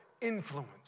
Influence